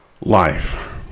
life